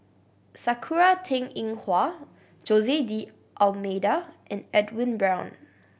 Sakura Teng Ying Hua Jose D'Almeida and Edwin Brown